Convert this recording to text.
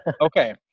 okay